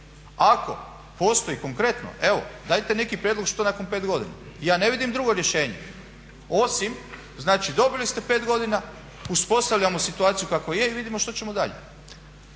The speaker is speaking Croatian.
ako postoji konkretno, evo dajte neki prijedlog što nakon 5 godina. Ja ne vidim drugo rješenje, osim znači dobili ste 5 godina, uspostavljamo situaciju kakva je i vidimo što ćemo dalje.